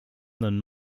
than